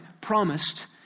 promised